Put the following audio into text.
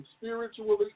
spiritually